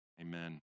Amen